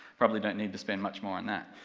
probably don't need to spend much more on that.